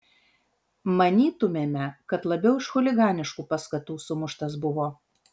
manytumėme kad labiau iš chuliganiškų paskatų sumuštas buvo